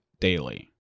daily